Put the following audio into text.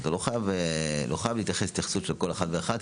לא חייב התייחסות של כל אחד ואחד,